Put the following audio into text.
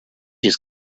just